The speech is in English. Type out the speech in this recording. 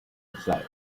desires